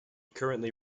currently